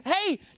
hey